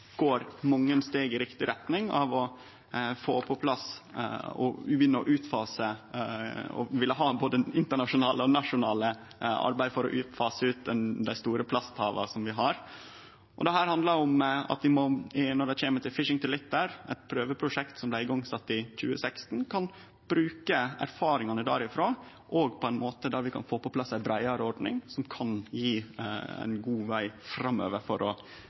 går mange steg i riktig retning av å få på plass både internasjonalt og nasjonalt arbeid for å fase ut dei store plasthava som vi har. Dette handlar om at ein når det kjem til «Fishing For Litter», eit prøveprosjekt som blei sett i gang i 2016, kan bruke erfaringane derifrå på ein måte der ein kan få på plass ei breiare ordning, som kan gje ein god veg framover for nettopp å